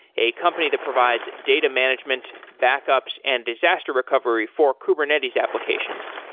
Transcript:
a company that provides data management, backups and disaster recovery for kubernetes applications.